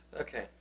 Okay